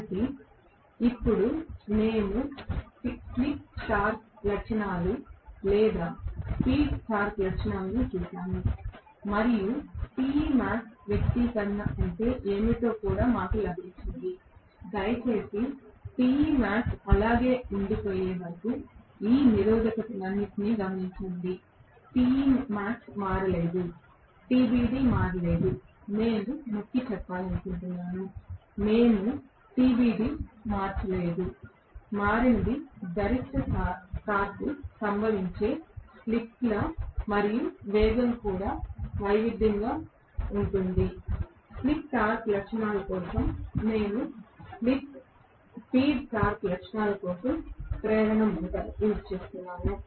కాబట్టి ఇప్పుడు మేము స్లిప్ టార్క్ లక్షణాలు లేదా స్పీడ్ టార్క్ లక్షణాలను చూశాము మరియు Temax వ్యక్తీకరణ అంటే ఏమిటో కూడా మాకు లభించింది దయచేసి Temax అలాగే ఉండిపోయే వరకు ఈ నిరోధకతలన్నింటినీ గమనించండి Temax మారలేదు TBD మారలేదు నేను నొక్కిచెప్పాలనుకుంటున్నాను మేము TBD మార్చలేదు మారినది గరిష్ట టార్క్ సంభవించే స్లిప్ మరియు వేగం కూడా వైవిధ్యంగా ఉంటుంది స్లిప్ టార్క్ లక్షణాల కోసం మరియు స్పీడ్ టార్క్ లక్షణాల కోసం ప్రేరణ మోటారు